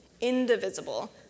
indivisible